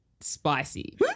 spicy